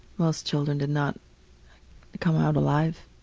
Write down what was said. most children did not come out alive.